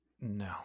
No